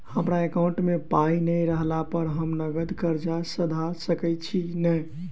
हमरा एकाउंट मे पाई नै रहला पर हम नगद कर्जा सधा सकैत छी नै?